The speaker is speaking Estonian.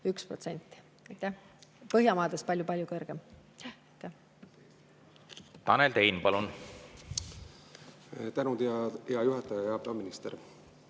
41%, Põhjamaades palju-palju kõrgem. Tanel Tein, palun! Tänud, hea juhataja! Hea peaminister!